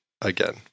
again